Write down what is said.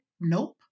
Nope